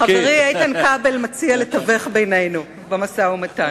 חברי איתן כבל מציע לתווך בינינו במשא-ומתן.